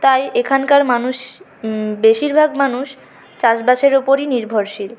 তাই এখানকার মানুষ বেশিরভাগ মানুষ চাষ বাসের উপরই নির্ভরশীল